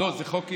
זה חוק,